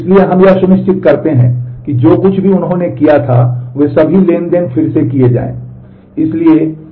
इसलिए हम यह सुनिश्चित करते हैं कि जो कुछ भी उन्होंने किया था वे सभी ट्रांज़ैक्शन फिर से किए जाएं